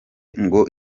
ngo